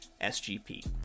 SGP